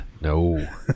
No